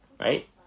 Right